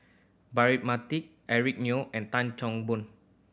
Braema Mathi Eric Neo and Tan Chan Boon